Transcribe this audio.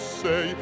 say